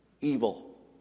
evil